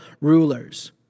rulers